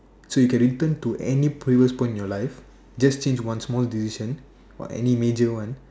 so you can return to any previous point in your life just change one small decision or any major one